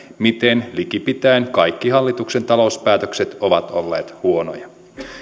miten likipitäen kaikki hallituksen talouspäätökset ovat olleet huonoja